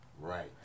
Right